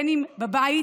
אם בבית